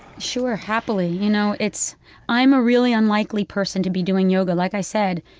sure, happily. you know, it's i'm a really unlikely person to be doing yoga. like i said,